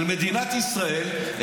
של מדינת ישראל,